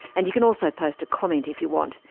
and you can also post a comment if you want.